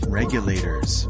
regulators